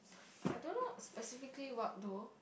I don't know specifically what though